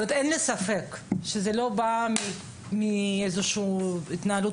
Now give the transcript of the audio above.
אין לי ספק שזה בא מאיזושהי התנהלות